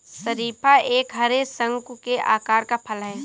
शरीफा एक हरे, शंकु के आकार का फल है